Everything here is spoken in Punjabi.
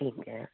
ਠੀਕ ਹੈ